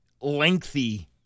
lengthy